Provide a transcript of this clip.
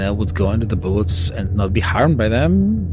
yeah would go into the bullets and not be harmed by them.